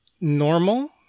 normal